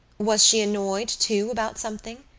was she annoyed, too, about something?